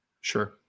Sure